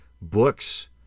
books